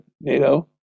NATO